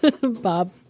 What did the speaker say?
Bob